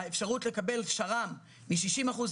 האפשרות לקבל שר"ם היא 60% נכות,